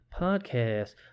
Podcast